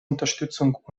unterstützung